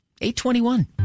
821